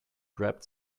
grabbed